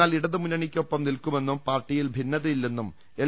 എന്നാൽ ഇടതുമുന്നണിയ്ക്കൊപ്പം നിൽക്കുമെന്നും പാർട്ടിയിൽ ഭിന്നതയില്ലെന്നും എൽ